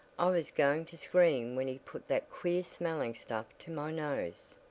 i was going to scream when he put that queer-smelling stuff to my nose.